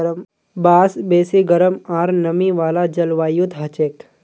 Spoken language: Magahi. बांस बेसी गरम आर नमी वाला जलवायुत हछेक